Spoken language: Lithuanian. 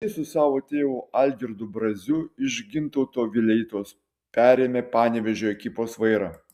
jis su savo tėvu algirdu braziu iš gintauto vileitos perėmė panevėžio ekipos vairą